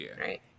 right